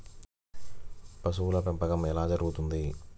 పశువుల పెంపకం ఎలా జరుగుతుంది?